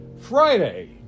Friday